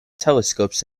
telescopes